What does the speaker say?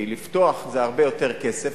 כי לפתוח זה הרבה יותר כסף,